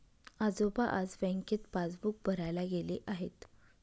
आजोबा आज बँकेत पासबुक भरायला गेले आहेत